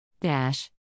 Dash